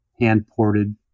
hand-ported